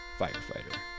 firefighter